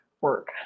work